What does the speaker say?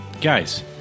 Guys